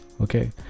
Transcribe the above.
Okay